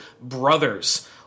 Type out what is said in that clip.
BROTHERS